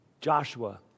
Joshua